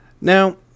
Now